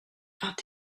vingt